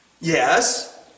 Yes